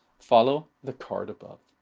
follow the card above.